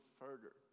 further